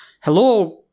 hello